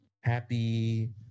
happy